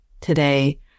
today